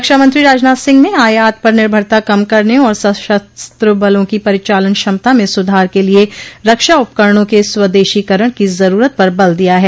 रक्षा मंत्री राजनाथ सिंह ने आयात पर निर्भरता कम करने और सशस्त्र बलों की परिचालन क्षमता में सुधार के लिए रक्षा उपकरणों के स्वदेशीकरण की जरूरत पर बल दिया है